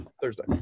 Thursday